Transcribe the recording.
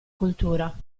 cultura